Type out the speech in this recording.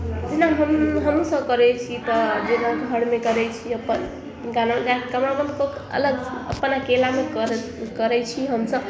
जेना हम हमसभ करै छी तऽ जेना घरमे करै छी अपन गाना बजा कऽ कमरा बन्द कऽ कऽ अलग अपन अकेलामे कर करै छी हमसभ